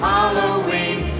Halloween